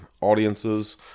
audiences